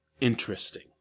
interesting